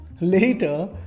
Later